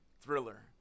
thriller